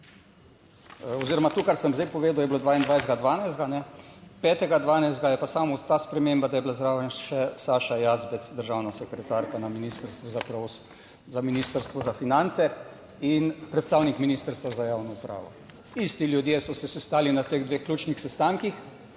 oziroma to, kar sem zdaj povedal, je bilo, 22. 12., 5. 12. je pa samo ta sprememba, da je bila zraven še Saša Jazbec, državna sekretarka na Ministrstvu za finance in predstavnik Ministrstva za javno upravo. Isti ljudje so se sestali na teh dveh ključnih sestankih,